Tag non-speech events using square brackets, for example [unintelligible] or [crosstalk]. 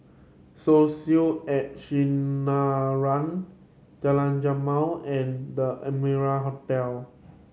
[unintelligible] at Sinaran Jalan Jamal and The Amara Hotel